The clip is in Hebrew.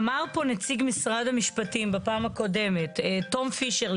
אמר פה נציג משרד המשפטים בפעם הקודמת תום פישר,